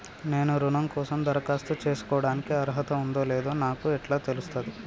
నేను రుణం కోసం దరఖాస్తు చేసుకోవడానికి అర్హత ఉందో లేదో నాకు ఎట్లా తెలుస్తది?